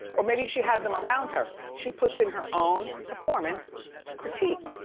or maybe she has them around her, she puts in her own performance to critique,